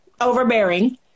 overbearing